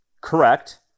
correct